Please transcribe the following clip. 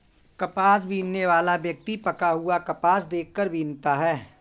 कपास बीनने वाला व्यक्ति पका हुआ कपास देख कर बीनता है